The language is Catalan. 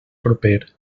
proper